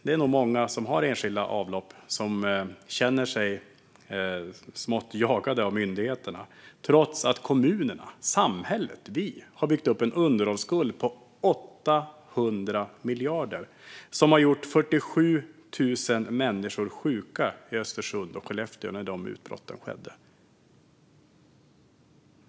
Det är nog många som har enskilda avlopp som känner sig smått jagade av myndigheterna, trots att kommunerna - samhället, vi - har byggt upp en underhållsskuld på 800 miljarder som har gjort 47 000 människor sjuka i Östersund och Skellefteå när de utbrotten skedde.